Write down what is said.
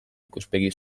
ikuspegi